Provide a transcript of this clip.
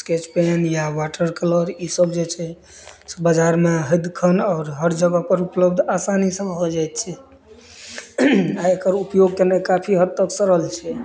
sketch pen या water colour ई सब जे छै बजारमे हैत खन आओर हर जगह पर उपलब्ध आसानीसँ भऽ जाइ छै आ एकर उपयोग केनाइ काफी हद तक सरल छै